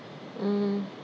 mm